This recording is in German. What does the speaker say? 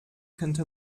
könnte